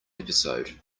episode